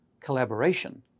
collaboration